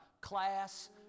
class